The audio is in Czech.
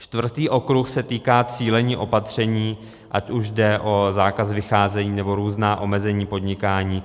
Čtvrtý okruh se týká cílení opatření, ať už jde o zákaz vycházení, nebo různá omezení podnikání.